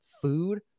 food